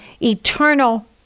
eternal